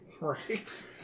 Right